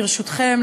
ברשותכם,